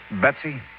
Betsy